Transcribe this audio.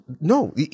no